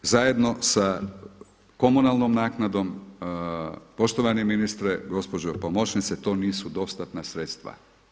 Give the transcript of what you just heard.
Zajedno s komunalnom naknadom, poštovani ministre, gospođo pomoćnice, to nisu dostatna sredstva.